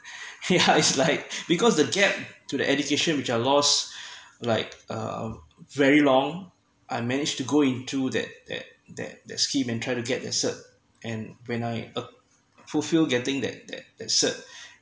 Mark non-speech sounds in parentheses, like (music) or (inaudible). yeah (laughs) it's like because the gap to the education which I lost like uh very long I managed to go into that that that that scheme and try to get the cert and when I fulfilled getting that that cert